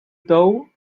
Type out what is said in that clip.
tou